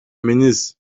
ministre